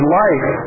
life